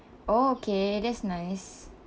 oh okay that's nice